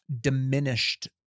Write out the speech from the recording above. diminished